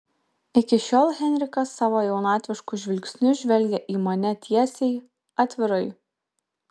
iki šiol henrikas savo jaunatvišku žvilgsniu žvelgė į mane tiesiai atvirai